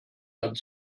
hat